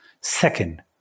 Second